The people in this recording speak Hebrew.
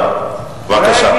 בבקשה.